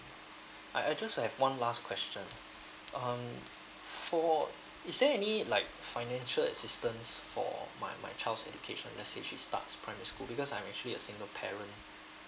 I I just have one last question um for is there any like financial assistance for my my child's education let's say she starts primary school because I'm actually a single parent